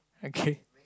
okay